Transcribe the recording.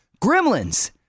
Gremlins